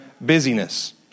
busyness